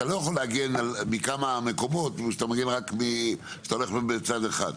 אתה לא יכול להגן מכמה מקומות כשאתה הולך רק בצד אחד.